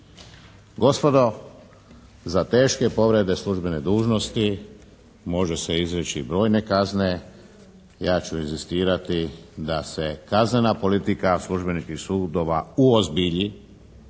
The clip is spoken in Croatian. Gospodo, za teške povrede službene dužnosti može se izreći brojne kazne, ja ću inzistirati da se kaznena politika službenih sudova uozbilji,